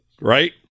Right